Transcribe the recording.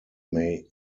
may